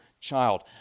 child